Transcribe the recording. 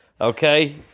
Okay